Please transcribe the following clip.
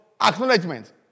acknowledgement